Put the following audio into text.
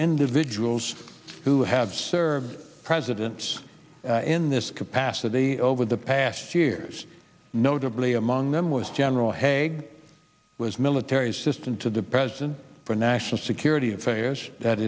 individuals who have served presidents in this capacity over the past years notably among them was general haig was military assistant to the president for national security affairs that